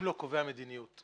הם לא קובעי המדיניות.